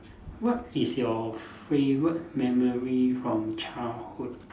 what is your favourite memory from childhood